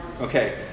Okay